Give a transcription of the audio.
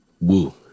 Woo